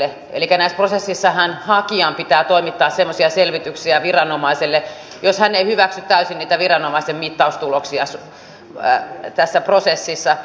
elikkä näissä prosesseissahan hakijan pitää toimittaa semmoisia selvityksiä viranomaiselle jos hän ei hyväksy täysin niitä viranomaisen mittaustuloksia tässä prosessissa